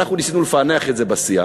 התשע"ג 2013,